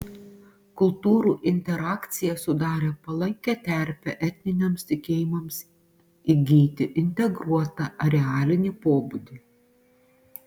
kultūrų interakcija sudarė palankią terpę etniniams tikėjimams įgyti integruotą arealinį pobūdį